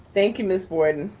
thank you, ms. borden.